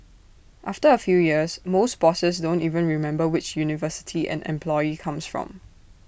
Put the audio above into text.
after A few years most bosses don't even remember which university an employee comes from